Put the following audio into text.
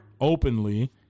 openly